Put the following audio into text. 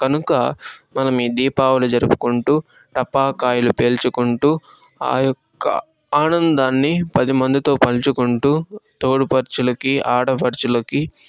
కనుక మనం ఈ దీపావళి జరుపుకుంటూ టపాకాయలు పేల్చుకుంటూ ఆ యొక్క ఆనందాన్ని పది మందితో పంచుకుంటూ తోడిపడుచులకి ఆడపడుచులకి